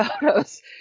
photos